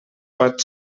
pot